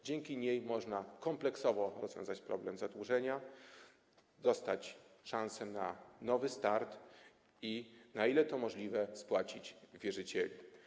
Dzięki niemu można kompleksowo rozwiązać problem zadłużenia, dostać szansę na nowy start i - na ile to możliwe - spłacić wierzycieli.